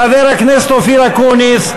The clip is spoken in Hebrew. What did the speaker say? חבר הכנסת אופיר אקוניס,